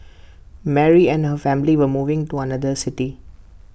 Mary and her family were moving to another city